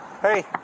Hey